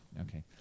Okay